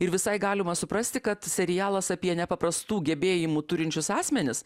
ir visai galima suprasti kad serialas apie nepaprastų gebėjimų turinčius asmenis